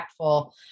impactful